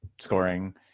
scoring